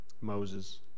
Moses